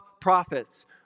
prophets